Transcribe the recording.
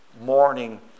morning